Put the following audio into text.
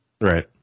Right